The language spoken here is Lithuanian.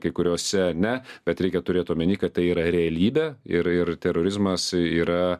kai kuriose ne bet reikia turėt omeny kad tai yra realybė ir ir terorizmas yra